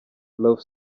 love